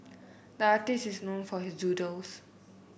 the artist is known for his doodles